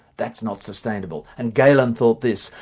that's not sustainable'. and galen thought this,